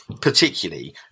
particularly